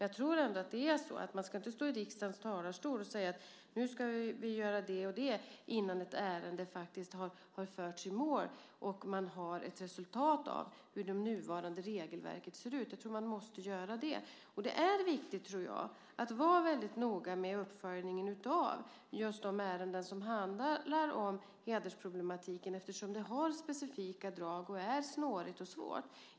Jag tror dock inte att man ska stå i riksdagens talarstol och säga att vi nu ska göra det och det innan ett ärende faktiskt förts i mål och vi sett resultatet av hur det nuvarande regelverket fungerar. Jag tror att man måste göra så. Det är viktigt att vi är noga med uppföljningen av de ärenden som handlar om hedersproblematiken eftersom de har specifika drag och är snåriga och svåra.